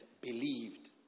believed